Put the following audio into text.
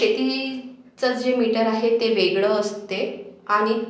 शेतीचं जे मीटर आहे ते वेगळं असते आणि